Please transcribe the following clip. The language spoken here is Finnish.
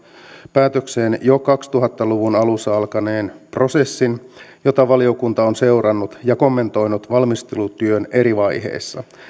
päätökseen jo kaksituhatta luvun alussa alkaneen prosessin jota valiokunta on seurannut ja kommentoinut valmistelutyön eri vaiheissa